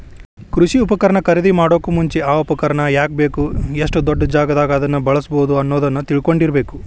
ಕೃಷಿ ಉಪಕರಣ ಖರೇದಿಮಾಡೋಕು ಮುಂಚೆ, ಆ ಉಪಕರಣ ಯಾಕ ಬೇಕು, ಎಷ್ಟು ದೊಡ್ಡಜಾಗಾದಾಗ ಅದನ್ನ ಬಳ್ಸಬೋದು ಅನ್ನೋದನ್ನ ತಿಳ್ಕೊಂಡಿರಬೇಕು